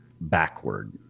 backward